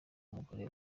umugore